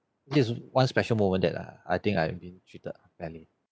this is one special moment that uh I think I have been treated badly